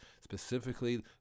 specifically